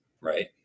right